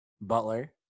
Butler